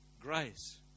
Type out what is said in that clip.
grace